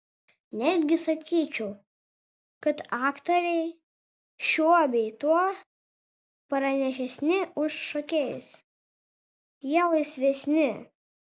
netgi sakyčiau kad aktoriai šiuo bei tuo pranašesni už šokėjus jie laisvesni